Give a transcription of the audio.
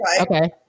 Okay